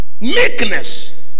Meekness